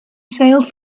sailed